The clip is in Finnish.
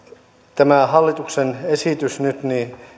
tämä hallituksen esitys nyt